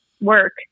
work